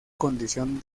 condición